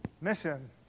mission